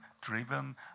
driven